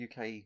UK